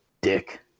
dick